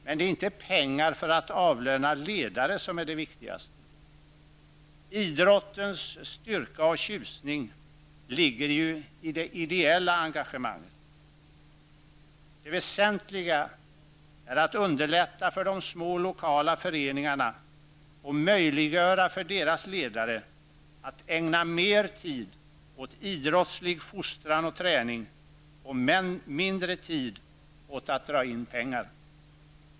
Men det är inte pengar för att avlöna ledare som är det viktigaste. Idrottens styrka och tjusning ligger ju i det ideella engagemanget. Det väsentliga är att underlätta för de små lokala föreningarna och möjliggöra för deras ledare att ägna mer tid åt idrottslig fostran och träning och mindre tid åt att dra in pengar.